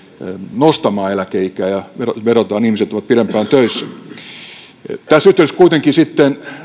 nostamaan eläkeikää ja vedotaan että ihmiset olisivat pidempään töissä tässä yhteydessä kuitenkin sitten